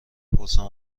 بپرسم